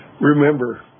Remember